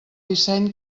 disseny